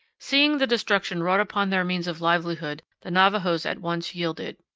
seeing the destruction wrought upon their means of livelihood, the navajos at once yielded.